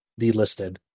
delisted